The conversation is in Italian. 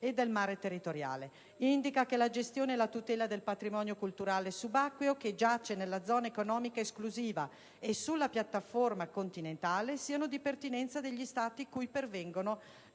e del mare territoriale. La Convenzione indica inoltre che la gestione e la tutela del patrimonio culturale subacqueo che giace nella zona economica esclusiva e sulla piattaforma continentale sono di pertinenza degli Stati cui pertengono